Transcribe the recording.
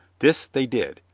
this they did,